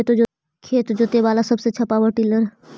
खेत जोते बाला सबसे आछा पॉवर टिलर?